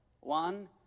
one